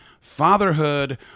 fatherhood